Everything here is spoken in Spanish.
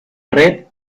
red